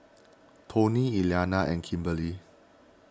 Toney Elianna and Kimberli